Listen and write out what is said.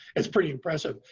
it's pretty impressive.